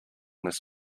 this